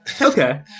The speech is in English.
Okay